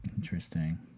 interesting